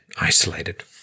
isolated